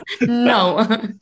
no